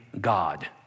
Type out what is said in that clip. God